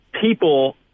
people